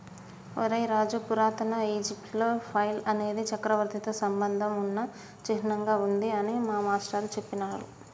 ఒరై రాజు పురాతన ఈజిప్టులో ఫైల్ అనేది చక్రవర్తితో సంబంధం ఉన్న చిహ్నంగా ఉంది అని మా మాష్టారు సెప్పినాడురా